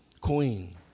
Queen